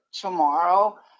tomorrow